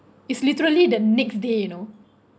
is literally the next day you know